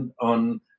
on